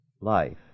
life